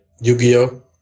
Yu-Gi-Oh